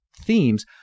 themes